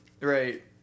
right